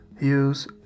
use